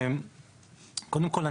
קודם כל,